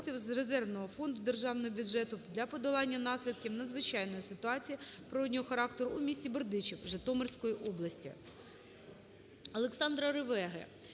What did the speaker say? ОлександраРевеги